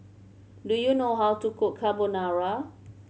do you know how to cook Carbonara